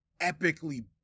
epically